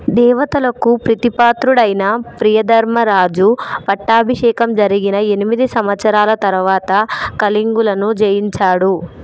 దేవతలకు ప్రీతిపాత్రుడైన ప్రియధర్మ రాజు పట్టాభిషేకం జరిగిన ఎనిమిది సంవత్సరాల తర్వాత కళింగులను జయించాడు